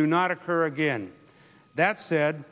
do not occur again that said